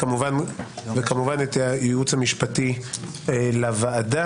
וכמובן את הייעוץ המשפטי לוועדה.